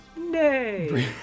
Nay